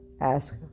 ask